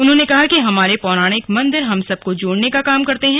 उन्होंने कहा कि हमारे पौराणिक मंदिर हम सबको जोड़ने का काम करते है